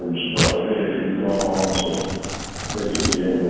surprise me if you've gone on to make a deal